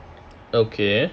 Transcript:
okay